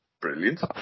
Brilliant